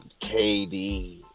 KD